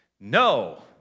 No